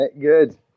Good